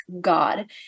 God